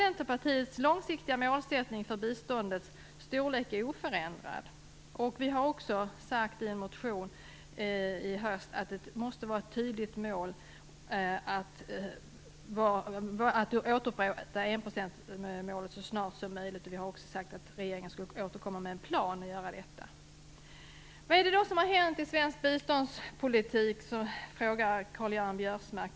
Centerpartiets långsiktiga mål vad gäller biståndets storlek är oförändrat. Vi har i en motion i höst uttryckt att det måste vara ett tydligt mål att återupprätta enprocentsmålet så snart som möjligt, och vi har också sagt att regeringen bör återkomma med en plan för detta. Vad är det då som har hänt i svensk biståndspolitik? frågar Karl-Göran Biörsmark.